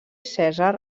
cèsar